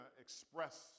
express